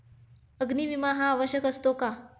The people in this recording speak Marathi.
अग्नी विमा हा आवश्यक असतो का?